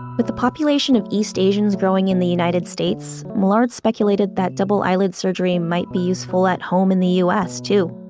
with the population of east asians growing the united states, millard speculated that double eyelid surgery might be useful at home in the u s. too.